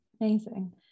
Amazing